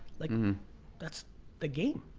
like that's the game.